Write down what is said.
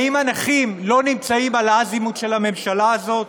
האם הנכים לא נמצאים על האזימוט של הממשלה הזאת?